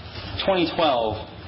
2012